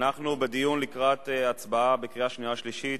אנחנו בדיון לקראת הצבעה בקריאה שנייה ושלישית